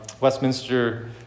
Westminster